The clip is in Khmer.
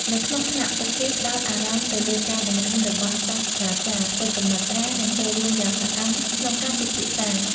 នៅក្នុងថ្នាក់ ពួកគេផ្តោតអារម្មណ៍ទៅលើការបង្រៀនរបស់សាស្រ្តាចារ្យ ធ្វើកំណត់ត្រា និងចូលរួមយ៉ាងសកម្មក្នុងការពិភាក្សា។